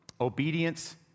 Obedience